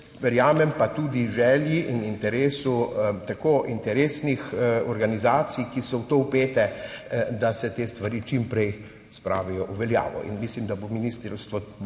verjamem tudi želji in interesu interesnih organizacij, ki so v to vpete, da se te stvari čim prej spravijo v veljavo. Mislim, da bo ministrstvo